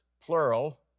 plural